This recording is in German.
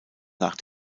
nach